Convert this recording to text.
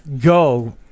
go